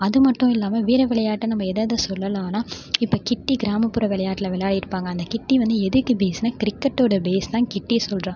அது மட்டும் இல்லாமல் வீர விளையாட்டை நம்ப எதெதை சொல்லலாம்னா இப்போ கிட்டி கிராமப்புற விளையாட்டில் விளையாடிட்டிருப்பாங்கள் அந்த கிட்டி வந்து எதுக்கு பேஸ்னா கிரிக்கெட்டோட பேஸ் தான் கிட்டி சொல்றான்